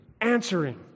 answering